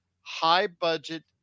high-budget